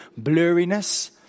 blurriness